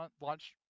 launch